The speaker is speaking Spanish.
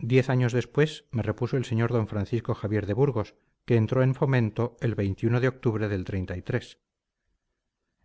diez años después me repuso el sr d francisco javier de burgos que entró en fomento el de octubre del